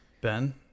Ben